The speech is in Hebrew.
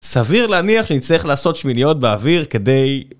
סביר להניח שנצתרך לעשות שמיניות באוויר כדי...